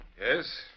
Yes